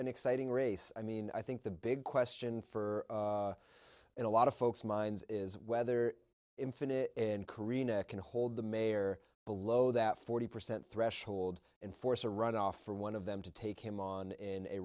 an exciting race i mean i think the big question for a lot of folks minds is whether infinit in corrina can hold the mayor below that forty percent threshold and force a runoff for one of them to take him on in a